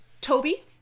Toby